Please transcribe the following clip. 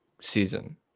season